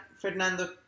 Fernando